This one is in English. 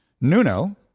Nuno